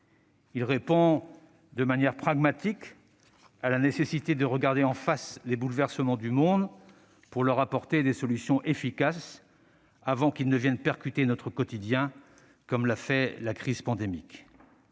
Il répond, de manière pragmatique, à la nécessité de regarder en face les bouleversements du monde, pour leur apporter des solutions efficaces avant qu'ils ne viennent percuter notre quotidien, comme l'a fait la crise pandémique.